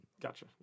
Gotcha